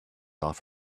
off